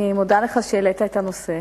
אני מודה לך על שהעלית את הנושא.